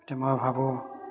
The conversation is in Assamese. এতিয়া মই ভাবোঁ